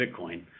bitcoin